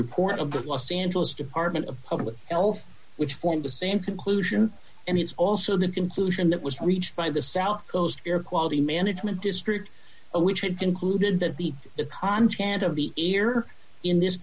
report of the los angeles department of public health which formed the same conclusion and it's also the conclusion that was reached by the south coast air quality management district which had concluded that the the content of the air in this